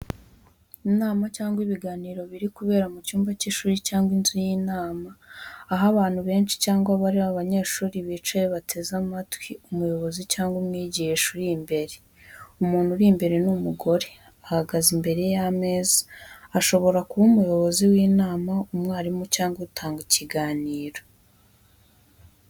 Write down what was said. Inama cyangwa ibiganiro biri kubera mu cyumba cy'ishuri cyangwa inzu y’inama, aho abantu benshi cyangwa hari abanyeshuri bicaye bateze amatwi umuyobozi cyangwa umwigisha uri imbere. Umuntu uri imbere ni umugore uhagaze imbere y’ameza, ashobora kuba umuyobozi w’inama, umwarimu cyangwa utanga ikiganiro.